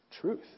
truth